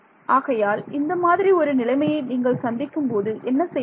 ஆகையால் இந்த மாதிரி ஒரு நிலைமையை நீங்கள் சந்திக்கும்போது என்ன செய்வீர்கள்